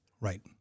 Right